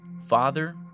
Father